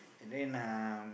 and then um